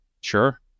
Sure